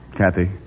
Kathy